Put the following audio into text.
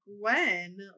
Gwen